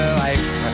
life